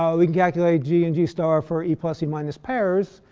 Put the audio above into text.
um we can calculate g and g star for e plus e minus pairs,